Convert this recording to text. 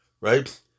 Right